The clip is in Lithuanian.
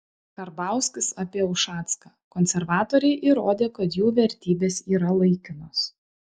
karbauskis apie ušacką konservatoriai įrodė kad jų vertybės yra laikinos